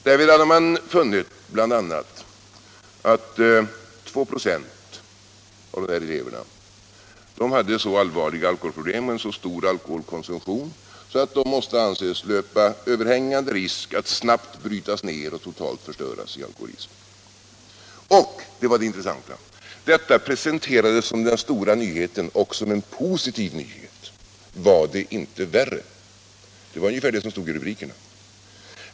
Därvid hade man bl.a. funnit att 2 96 av dessa elever hade så stor alkoholkonsumtion, att de måste anses löpa överhängande risk för att snabbt brytas ned och totalt förstöras i alkoholism. Men -— det var det intressanta — detta presenterades som en stor och positiv nyhet. ”Var det inte värre?” — ungefär så stod det i rubriken.